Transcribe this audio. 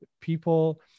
people